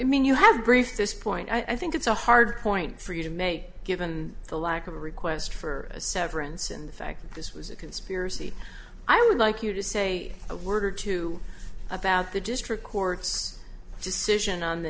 mean you have briefed this point i think it's a hard point for you to make given the lack of a request for a severance and the fact that this was a conspiracy i would like you to say a word or two about the district court's decision on the